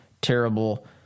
terrible